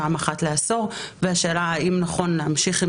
פעם אחת לעשור והשאלה האם נכון להמשיך עם